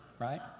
Right